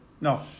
No